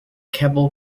keble